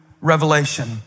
revelation